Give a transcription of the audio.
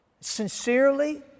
sincerely